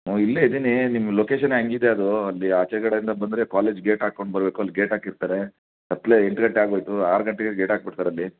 ಹ್ಞೂ ಇಲ್ಲೇ ಇದ್ದೀನಿ ನಿಮ್ಮ ಲೊಕೇಷನ್ನೇ ಹಾಗಿದೆ ಅದು ಅಲ್ಲಿ ಆಚೆ ಕಡೆಯಿಂದ ಬಂದರೆ ಕಾಲೇಜ್ ಗೇಟ್ ಆಕ್ಕೊಂಡು ಬರಬೇಕು ಅಲ್ಲಿ ಗೇಟ್ ಹಾಕಿರ್ತಾರೆ ಕತ್ತಲೆ ಎಂಟು ಗಂಟೆ ಆಗೋಯ್ತು ಆರು ಗಂಟೆಗೇ ಗೇಟ್ ಹಾಕ್ಬಿಡ್ತಾರಲ್ಲಿ